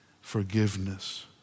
forgiveness